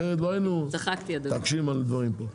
אחרת לא היינו מתעקשים על דברים פה.